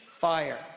fire